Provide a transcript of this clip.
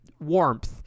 warmth